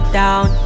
down